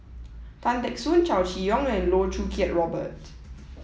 Tan Teck Soon Chow Chee Yong and Loh Choo Kiat Robert